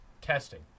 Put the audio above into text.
Testing